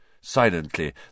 Silently